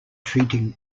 treating